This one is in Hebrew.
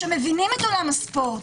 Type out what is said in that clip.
שמבינים את עולם בספורט,